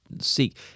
seek